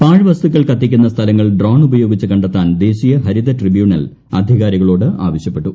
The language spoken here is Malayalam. പാഴ് വസ്തുക്കൾ കത്തിക്കുന്ന സ്ഥലങ്ങൾ ഡ്രോൺ ഉപയോഗിച്ച് കണ്ടെത്താൻ ദേശീയ ഹരിത ട്രിബ്യൂണൽ അധികാരികളോട് ആവശ്യപ്പെട്ടു